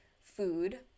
food